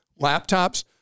laptops